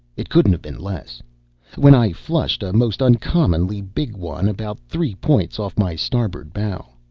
it couldn't have been less when i flushed a most uncommonly big one about three points off my starboard bow.